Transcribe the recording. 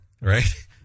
right